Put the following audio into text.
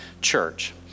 church